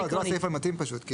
לא, זה לא הסעיף המתאים פשוט.